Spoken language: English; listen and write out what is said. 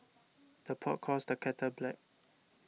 the pot calls the kettle black